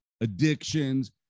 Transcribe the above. addictions